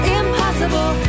impossible